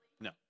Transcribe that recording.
No